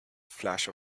flash